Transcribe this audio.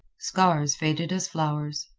scars faded as flowers.